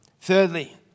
Thirdly